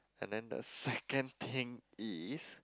and then the second thing is